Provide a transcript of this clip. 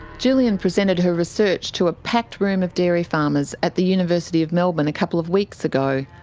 gillian presented her research to a packed room of dairy farmers at the university of melbourne a couple of weeks ago.